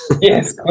Yes